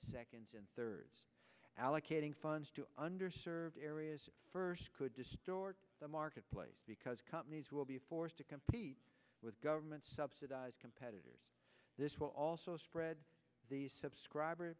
seconds and thirds allocating funds to under served areas first could distort the marketplace because companies will be forced to compete with government subsidized competitors this will also spread the subscriber